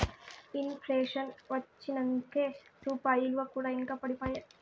in ప్లేషన్ వచ్చినంకే రూపాయి ఇలువ కూడా ఇంకా పడిపాయే